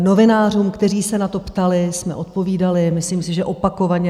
Novinářům, kteří se na to ptali, jsme odpovídali, myslím si, že opakovaně.